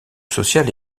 social